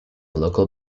local